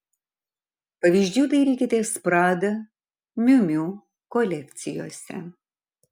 pavyzdžių dairykitės prada miu miu kolekcijose